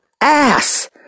ass